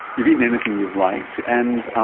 you've eaten anything you've liked, and